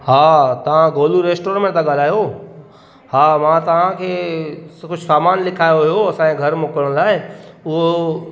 हा तव्हां गोलू रेस्टोरेंट मां था ॻाल्हायो हा मां तव्हां खे सुबूह सामान लिखायो हुयो असांजे घर मोकिलण लाइ उहो